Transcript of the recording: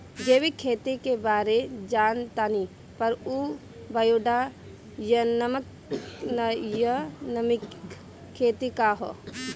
जैविक खेती के बारे जान तानी पर उ बायोडायनमिक खेती का ह?